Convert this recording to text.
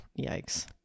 Yikes